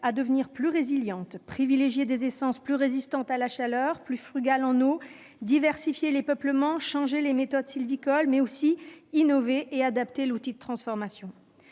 à devenir plus résilientes, en privilégiant des essences plus résistantes à la chaleur et plus frugales en eau, en diversifiant les peuplements, en faisant évoluer les méthodes sylvicoles, mais aussi en innovant et en adaptant l'outil de transformation.